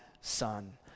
son